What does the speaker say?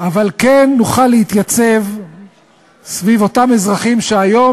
אבל כן נוכל להתייצב סביב אותם אזרחים שהיום